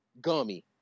gummy